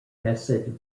asset